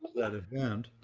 that event.